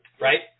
Right